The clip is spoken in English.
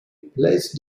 placed